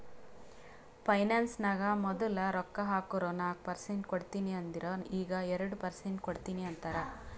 finance ನಾಗ್ ಮದುಲ್ ರೊಕ್ಕಾ ಹಾಕುರ್ ನಾಕ್ ಪರ್ಸೆಂಟ್ ಕೊಡ್ತೀನಿ ಅಂದಿರು ಈಗ್ ಎರಡು ಪರ್ಸೆಂಟ್ ಕೊಡ್ತೀನಿ ಅಂತಾರ್